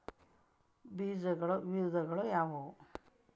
ಬೇಜಗಳ ವಿಧಗಳು ಯಾವುವು?